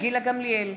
גילה גמליאל,